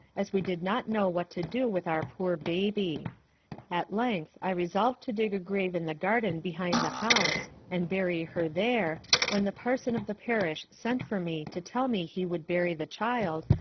as we did not know what to do with our poor baby at length i resolv'd to dig a grave in the garden behind the house, and bury her there when the parson of the parish sent for me to tell me he would bury the child,